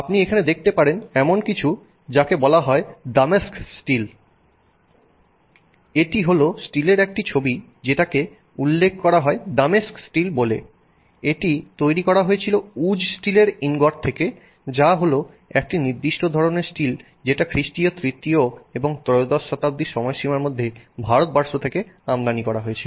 আপনি এখানে দেখতে পারেন এমন কিছু যে তাকে বলা হয় দামেস্ক স্টিল এটি হলো স্টিলের একটি ছবি যেটাকে উল্লেখ করা হয় দামেস্ক স্টিল বলে এটি তৈরি করা হয়েছিল উজ স্টিলের ইনগট থেকে যা হলো একটি নির্দিষ্ট ধরনের স্টিল যেটা খ্রিস্টীয় তৃতীয় এবং ত্রয়োদশ শতাব্দী সময়সীমার মধ্যে ভারতবর্ষ থেকে আমদানি করা হয়েছিল